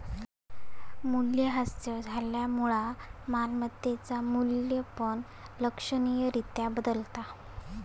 मूल्यह्रास झाल्यामुळा मालमत्तेचा मू्ल्य पण लक्षणीय रित्या बदलता